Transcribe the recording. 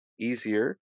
easier